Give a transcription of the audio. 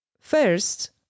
First